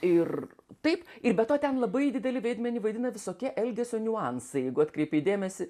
ir taip ir be to ten labai didelį veidmenį vaidina visokie elgesio niuansai jeigu atkreipei dėmesį